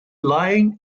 lying